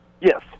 Yes